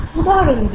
উদাহরণ দিই